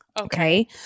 Okay